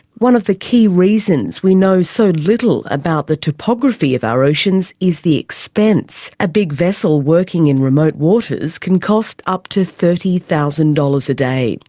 one of the key reasons we know so little about the topography of our oceans is the expense a big vessel working in remote waters can cost up to thirty thousand dollars a day.